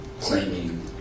claiming